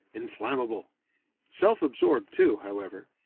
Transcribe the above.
inflammable self-absorbed too, however.